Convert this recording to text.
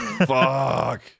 Fuck